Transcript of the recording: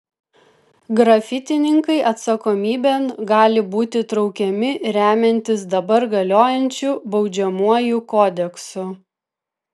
grafitininkai atsakomybėn gali būti traukiami remiantis dabar galiojančiu baudžiamuoju kodeksu